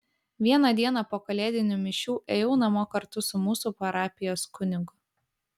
vieną dieną po kalėdinių mišių ėjau namo kartu su mūsų parapijos kunigu